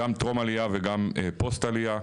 גם טרום עלייה וגם פוסט עלייה,